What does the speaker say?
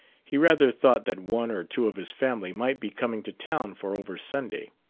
he rather thought that one or two of his family might be coming to town for over sunday.